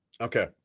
Okay